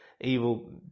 evil